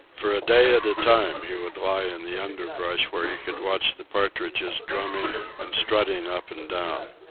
for a day at a time he would lie in the underbrush where he could watch the partridges drumming and strutting up and down.